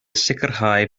sicrhau